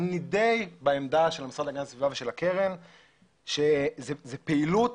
אני די בעמדה של המשרד להגנת הסביבה ושל הקרן שזו פעילות